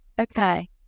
okay